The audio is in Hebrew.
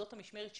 זאת המשמרת שלנו.